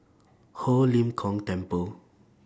Ho Lim Kong Temple